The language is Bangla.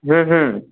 হুম হুম